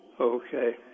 Okay